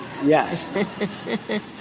Yes